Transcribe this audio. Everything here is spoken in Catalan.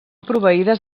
proveïdes